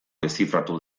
deszifratu